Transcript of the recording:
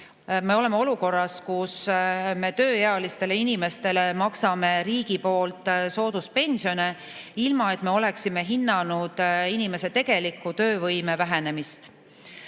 me oleme olukorras, kus me tööealistele inimestele maksame riigi poolt sooduspensione, ilma et me oleksime hinnanud inimese töövõime tegelikku vähenemist.